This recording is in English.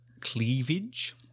cleavage